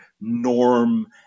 norm